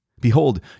Behold